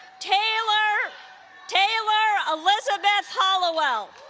taylor taylor elizabeth hallowell